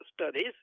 studies